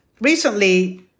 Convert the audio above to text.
Recently